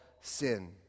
sin